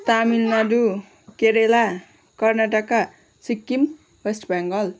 Tamil Nadu Kerala Karnataka Sikkim West Bengal